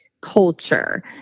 culture